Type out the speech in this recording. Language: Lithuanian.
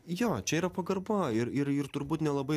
jo čia yra pagarba ir ir turbūt nelabai